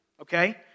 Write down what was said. okay